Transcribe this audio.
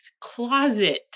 closet